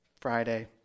Friday